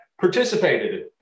participated